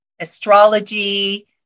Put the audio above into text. astrology